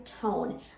tone